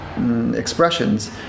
expressions